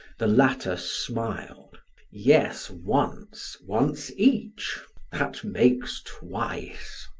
the latter smiled yes once once each that makes twice!